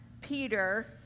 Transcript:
Peter